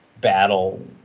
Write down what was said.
battle